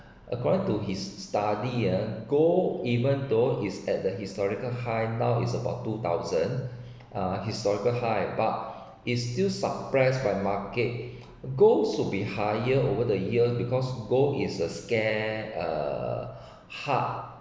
according to his study ah gold even though is at the historical high now is about two thousand uh historical high but is still supply by market gold should be higher over the years because gold is a scarce uh hard